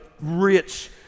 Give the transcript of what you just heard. rich